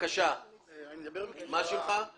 מה שהם